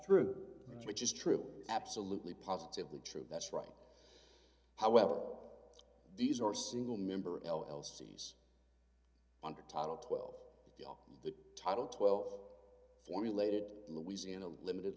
through which is true absolutely positively true that's right however these are single member l l c's under title twelve the title twelve formulated louisiana limited